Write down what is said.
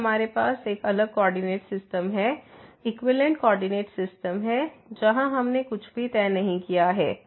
तो अब हमारे पास एक अलग कोऑर्डिनेट सिस्टम है इक्विवेलेंट कोऑर्डिनेट सिस्टम है जहां हमने कुछ भी तय नहीं किया है